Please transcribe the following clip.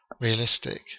realistic